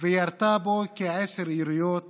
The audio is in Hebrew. וירתה בו כעשר יריות